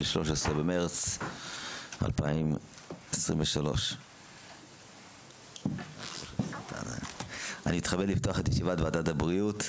13 במרץ 2023. אני מתכבד לפתוח את ישיבת ועדת הבריאות.